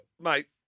Mate